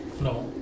No